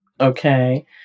Okay